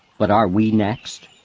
but are we next?